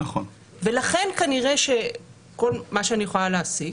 כל מה שאני יכולה להסיק